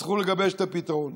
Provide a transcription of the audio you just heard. יצטרכו לגבש את הפתרון.